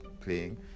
playing